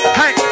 hey